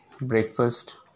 breakfast